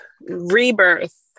Rebirth